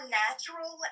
natural